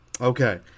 Okay